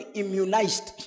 immunized